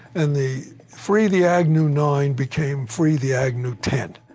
and the free the agnew nine became free the agnew ten.